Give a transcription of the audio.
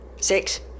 Six